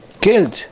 killed